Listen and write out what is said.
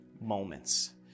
moments